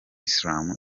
islam